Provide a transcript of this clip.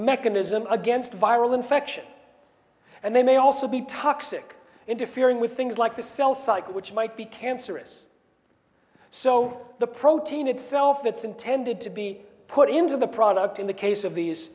mechanism against viral infection and they may also be toxic interfering with things like the cell cycle which might be cancerous so the protein itself it's intended to be put into the product in the case of these